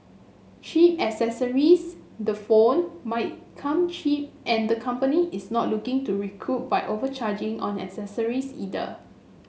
cheap accessories the phone might come cheap and the company is not looking to recoup by overcharging on accessories either